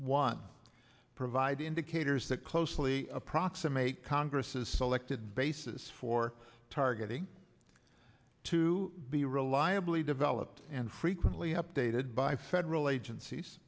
one provide indicators that closely approximate congress is selected basis for targeting to be reliably developed and frequently updated by federal agencies